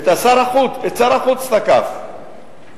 את שר החוץ תקף כאן.